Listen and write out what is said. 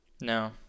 no